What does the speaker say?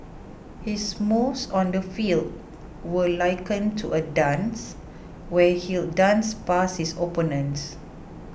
his moves on the field were likened to a dance where he'd dance past his opponents